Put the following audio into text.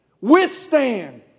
Withstand